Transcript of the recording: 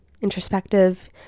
introspective